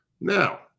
Now